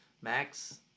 Max